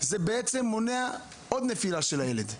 זה מונע עוד נפילה של הילד.